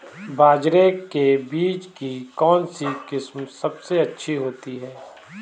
बाजरे के बीज की कौनसी किस्म सबसे अच्छी होती है?